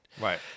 Right